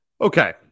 Okay